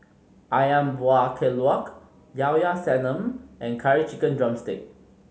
Ayam Buah Keluak Llao Llao Sanum and Curry Chicken drumstick